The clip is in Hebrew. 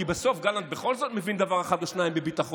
כי בסוף גלנט בכל זאת מבין דבר אחד או שניים בביטחון,